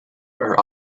are